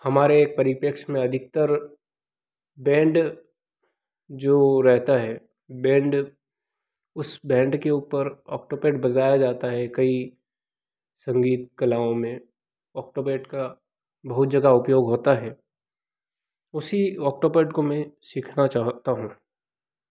हमारे परिपेक्ष में अधिकतर बैंड जो रहता है बैंड उस बैंड के ऊपर ऑक्टो पैड बजाया जाता है कई संगीत कलाओं में ऑक्टो पैड का बहुत जगह उपयोग होता है उसी ऑक्टो पैड को मैं सीखना चाहता हूँ